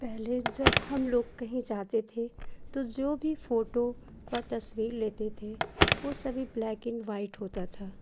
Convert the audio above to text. पहले जब हम लोग कहीं जाते थे तो जो भी फोटो तस्वीर लेते थे वो सभी ब्लैक एंड वाइट होता था